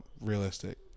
realistic